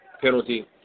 penalty